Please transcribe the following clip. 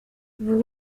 vous